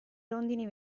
rondini